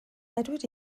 edward